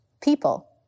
People